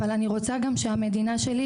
אבל אני רוצה גם שהמדינה שלי,